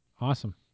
awesome